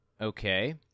Okay